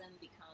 become